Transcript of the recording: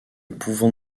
pouvant